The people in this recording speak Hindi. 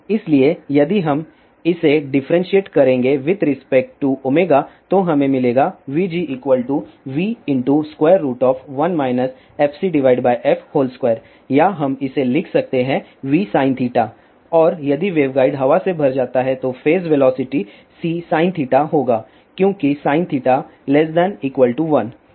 इसलिए यदि हम इसे डिफ्रेंसिएट करेंगे विथ रेस्पेक्ट टू तो हमें मिलेगा vg v1 fcf2 या हम इसे लिख सकते हैं vsin और यदि वेवगाइड हवा से भर जाता है तो फेज वेलोसिटी csin होगा और क्योंकि sin ≤1